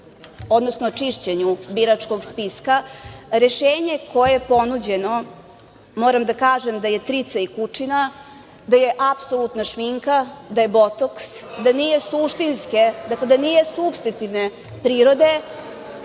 odnosno čišćenju biračkog spiska. Rešenje koje je ponuđeno, moram da kažem da je trica i kučina, da je apsolutna šminka, da je botoks, da nije suštinske, da nije supstitivne prirode,